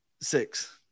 six